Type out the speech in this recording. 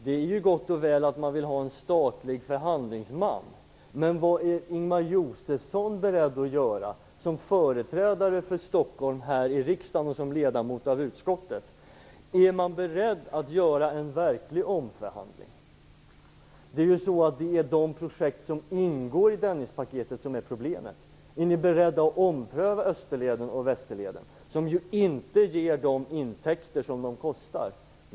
Det är gott och väl att man vill ha en statlig förhandlingsman, men vad är Ingemar Josefsson beredd att göra som företrädare för Stockholm här i riksdagen och som ledamot av utskottet? Är man beredd att göra en verklig omförhandling? Det är ju de projekt som ingår i Dennispaketet som är problemet. Är ni beredda att ompröva Österleden och Västerleden, som ju inte ger de intäkter som de kostar?